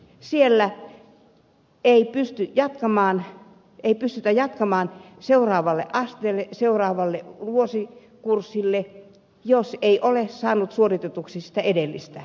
siellä ei pysty jatkamaan seuraavalle asteelle seuraavalle vuosikurssille jos ei ole saanut suoritetuksi edellistä vuosikurssia